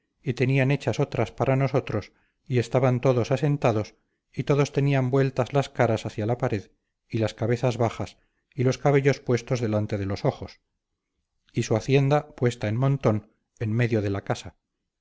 y tenían hechas otras para nosotros y estaban todos asentados y todos tenían vueltas las caras hacia la pared y las cabezas bajas y los cabellos puestos delante de los ojos y su hacienda puesta en montón en medio de la casa